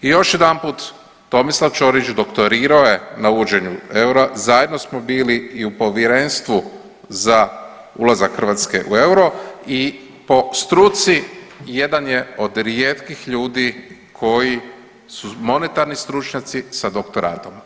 I još jedanput Tomislav Čorić doktorirao je na uvođenju eura, zajedno smo bili i u povjerenstvu za ulazak Hrvatske u euro i po struci jedan je od rijetkih ljudi koji su monetarni stručnjaci sa doktoratom.